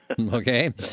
Okay